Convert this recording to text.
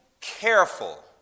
careful